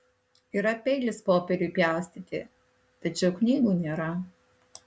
yra peilis popieriui pjaustyti tačiau knygų nėra